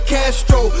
Castro